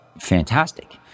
fantastic